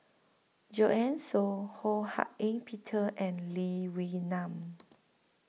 Joanne Soo Ho Hak Ean Peter and Lee Wee Nam